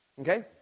Okay